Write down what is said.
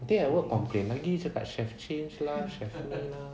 nanti edward complain lagi cakap should have change lah should have change lah